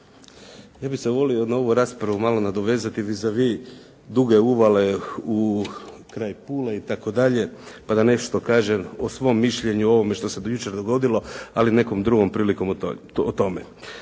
Ja bih se volio na ovu raspravu malo nadovezati vis a vis Duge uvale kraj Pule itd. pa da nešto kažem o svom mišljenju o ovome što se jučer dogodilo, ali nekom drugom prilikom o tome.